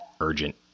urgent